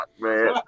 man